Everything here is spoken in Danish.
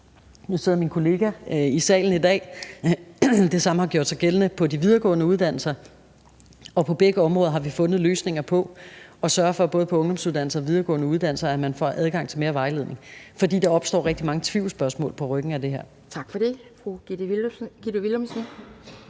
i dag, og jeg kan sige, at det samme har gjort sig gældende på de videregående uddannelser, og på begge områder har vi fundet løsninger på det ved at sørge for, at man på både ungdomsuddannelser og videregående uddannelser får adgang til mere vejledning, fordi der opstår rigtig mange tvivlsspørgsmål på ryggen af det her. Kl.